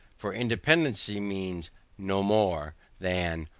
for independancy means no more, than,